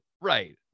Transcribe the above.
Right